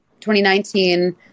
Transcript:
2019